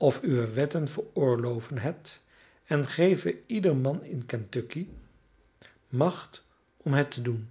of uwe wetten veroorloven het en geven ieder man in kentucky macht om het te doen